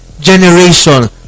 generation